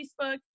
Facebook